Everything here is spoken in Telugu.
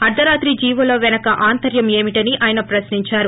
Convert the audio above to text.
అర్దరాత్రి జీవోల పెనుక ఆంతర్యం ఏమిటని ఆయన ప్రశ్నించారు